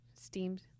steamed